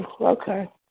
okay